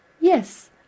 Yes